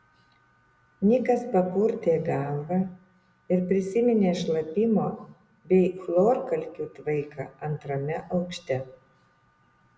nikas papurtė galvą ir prisiminė šlapimo bei chlorkalkių tvaiką antrame aukšte